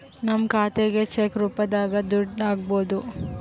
ನಮ್ ಖಾತೆಗೆ ಚೆಕ್ ರೂಪದಾಗ ದುಡ್ಡು ಹಕ್ಬೋದು